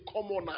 commoner